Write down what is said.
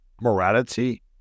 morality